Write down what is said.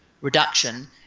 reduction